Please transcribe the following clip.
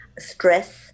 stress